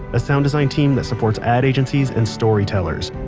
a sound design team that supports ad agencies and storytellers.